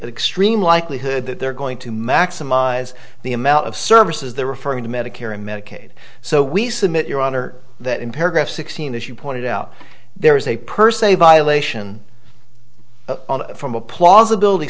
creates extreme likelihood that they're going to maximize the amount of services they're referring to medicare and medicaid so we submit your honor that in paragraph sixteen as you pointed out there is a per se violation on from a plausibilit